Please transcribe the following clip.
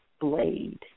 blade